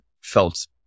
felt